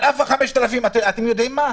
אתם יודעים מה,